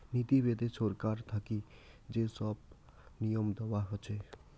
নীতি বেদে ছরকার থাকি যে সব নিয়ম দেয়া হসে